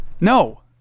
no